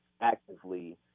actively